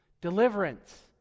Deliverance